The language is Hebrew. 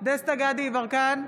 דסטה גדי יברקן,